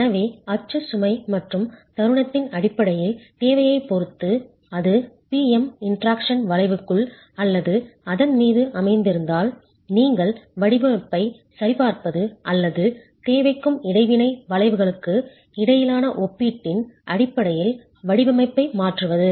எனவே அச்சு சுமை மற்றும் தருணத்தின் அடிப்படையில் தேவையைப் பொறுத்து அது P M இன்டராக்ஷன் வளைவுக்குள் அல்லது அதன் மீது அமைந்திருந்தால் நீங்கள் வடிவமைப்பைச் சரிபார்ப்பது அல்லது தேவைக்கும் இடைவினை வளைவுகளுக்கும் இடையிலான ஒப்பீட்டின் அடிப்படையில் வடிவமைப்பை மாற்றுவது